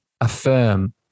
affirm